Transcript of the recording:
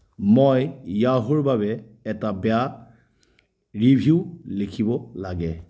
মই য়াহুৰ বাবে এটা বেয়া ৰিভিউ লিখিব লাগে